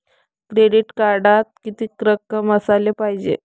Credit कार्डात कितीक रक्कम असाले पायजे?